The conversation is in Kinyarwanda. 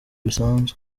bisanzwe